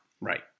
right